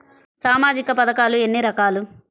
సామాజిక పథకాలు ఎన్ని రకాలు?